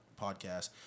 podcast